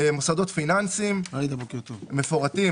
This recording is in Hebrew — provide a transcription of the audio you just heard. מוסדות פיננסיים המפורטים,